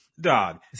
Dog